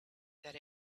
that